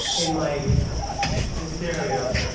in my hysteria,